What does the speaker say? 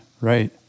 Right